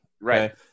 Right